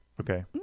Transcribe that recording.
okay